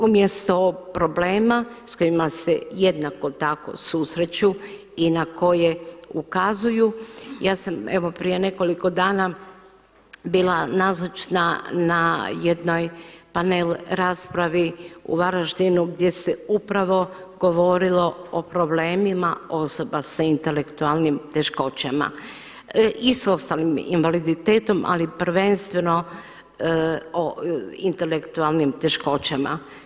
Umjesto problema s kojima se jednako tako susreću i na koje ukazuju ja sam evo prije nekoliko dana bila nazočna na jednoj panel raspravi u Varaždinu gdje se upravo govorilo o problemima osoba s intelektualnim teškoćama i s ostalim invaliditetom, ali prvenstveno o intelektualnim teškoćama.